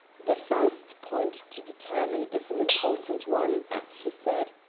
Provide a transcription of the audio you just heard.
the first point to determine is an important one, he said.